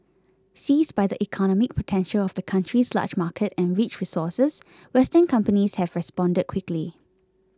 seized by the economic potential of the country's large market and rich resources Western companies have responded quickly